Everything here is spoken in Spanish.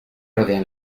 rodean